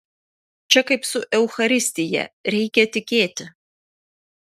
čia kaip su eucharistija reikia tikėti